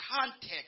context